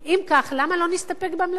אם כך, למה לא נסתפק בהמלצה?